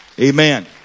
Amen